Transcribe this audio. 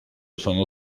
sono